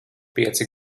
pieci